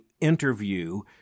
interview